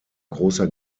großer